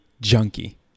junkie